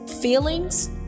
feelings